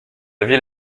ville